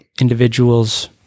individuals